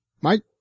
Mike